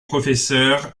professeur